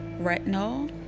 retinol